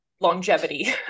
longevity